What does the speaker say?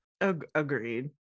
Agreed